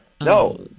No